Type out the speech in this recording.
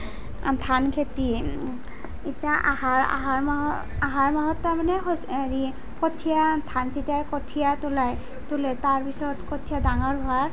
ধান খেতি এতিয়া আহাৰ আহাৰ মাহত আহাৰ মাহত তাৰ মানে হেৰি কঠীয়া ধান যেতিয়া কঠীয়া তোলাই তোলে তাৰ পিছত কঠিয়া ডাঙৰ হোৱাৰ